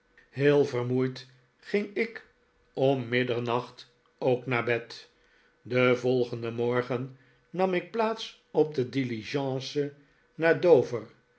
heel vermoeid ging ik om middernacht ook naar bed den volgenden morgen nam ik plaats op de diligence naar dover